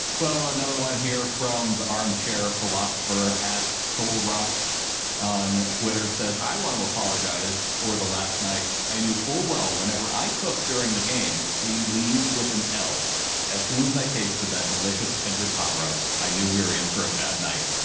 another one here from the armchair philosopher at soul rock on twitter says, i want to apologize for the last night. i knew full well, whenever i cook during the game, we leave with an l as soon as i tasted that delicious tender pot roast, i knew we were in for a bad night.